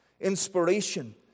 Inspiration